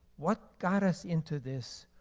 what got us into this?